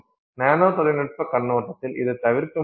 மேலும் அது சிஸ்டம்களில் என்ன சாத்தியம் என்று நமக்கு தெரிவிக்கிறது